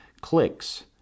clicks